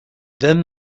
then